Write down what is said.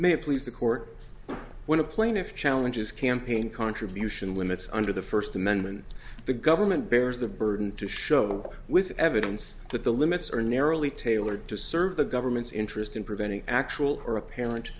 please the court when a plaintiff challenges campaign contribution limits under the first amendment the government bears the burden to show with evidence that the limits are narrowly tailored to serve the government's interest in preventing actual or apparent